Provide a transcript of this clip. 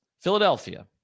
Philadelphia